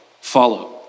follow